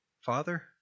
Father